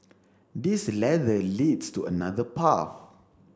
this ladder leads to another path